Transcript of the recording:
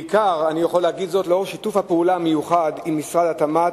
בעיקר אני יכול להגיד זאת לאור שיתוף הפעולה המיוחד עם משרד התמ"ת,